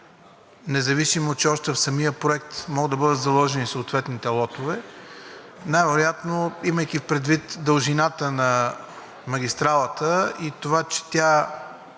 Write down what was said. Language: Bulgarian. независимо че още в самия проект могат да бъдат заложени съответните лотове. Най-вероятно, имайки предвид, дължината на магистралата и това, че тя